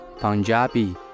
Punjabi